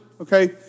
okay